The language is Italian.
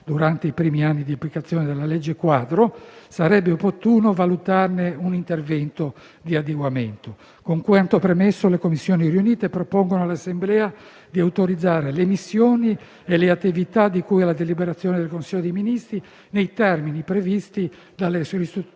durante i primi anni di applicazione della legge quadro, sarebbe opportuno valutarne un intervento di adeguamento. Con quanto premesso, le Commissioni riunite propongono all'Assemblea di autorizzare le missioni e le attività di cui alla deliberazione del Consiglio dei ministri nei termini previsti dalle risoluzioni